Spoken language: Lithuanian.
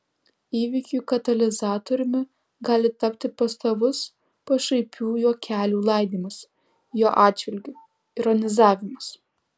įvykių katalizatoriumi gali tapti pastovus pašaipių juokelių laidymas jo atžvilgiu ironizavimas